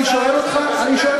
אני שואל אתכם,